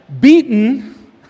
beaten